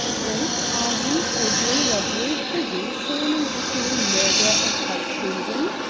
rape, arson, forgery, robbery, thigging, sorning, pickery, murder, or high treason?